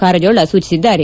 ಕಾರಜೋಳ ಸೂಚಿಸಿದ್ದಾರೆ